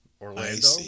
Orlando